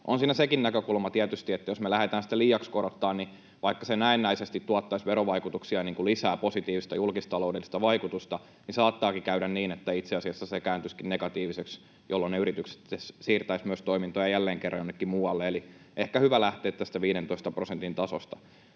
On siinä sekin näkökulma tietysti, että jos me lähdetään sitä liiaksi korottamaan, niin vaikka se näennäisesti tuottaisi verovaikutuksia lisää, positiivista julkistaloudellista vaikutusta, saattaakin käydä niin, että itse asiassa se kääntyisikin negatiiviseksi, jolloin ne yritykset siirtäisivät myös toimintoja jälleen kerran jonnekin muualle. Eli ehkä hyvä on lähteä tästä 15 prosentin tasosta.